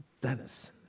Dennis